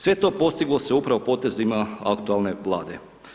Sve to postiglo se upravo potezima aktualne Vlade.